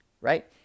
Right